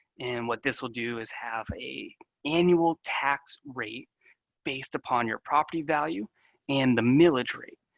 and what this will do is have a annual tax rate based upon your property value and the millage rate,